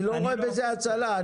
אני לא רואה בזה הצלה.